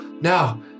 Now